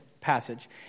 passage